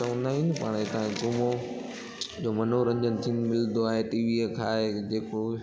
पोइ चवंदा आहियूं न पाणि तव्हां घुमो मनोरंजन थी मिलंदो आहे टी वी खां आहे जेको